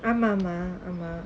ஆமா ஆமா:aamaa aamaa